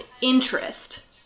interest